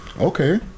Okay